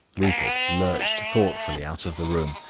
rupert lurched thoughtfully out of the room,